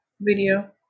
video